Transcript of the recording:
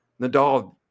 Nadal